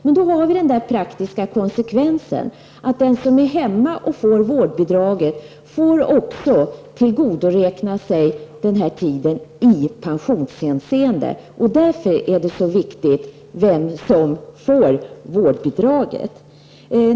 Men då får vi den praktiska konsekvensen att den som är hemma och får vårdbidraget också får tillgodoräkna sig den här tiden i pensionshänseende. Det är därför det är så viktigt vem som får vårdbidraget.